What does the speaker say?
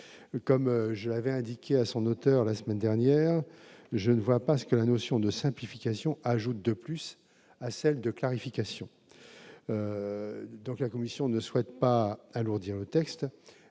comme j'avais indiqué à son auteur, la semaine dernière, je ne vois pas ce que la notion de simplification ajoute de plus à celle de clarification, donc la commission ne souhaite pas alourdir le texte